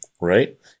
right